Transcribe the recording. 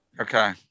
okay